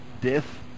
death